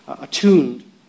attuned